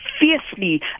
Fiercely